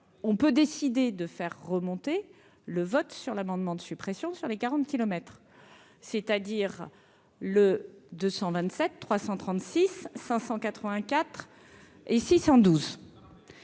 on peut décider de faire remonter le vote sur l'amendement de suppression, sur les 40 kilomètres, c'est-à-dire le 227 336 584 et 612